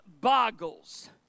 boggles